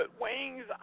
wings